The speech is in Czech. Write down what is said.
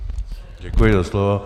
Děkuji za slovo.